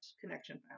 connection